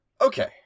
Okay